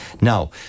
Now